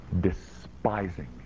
despising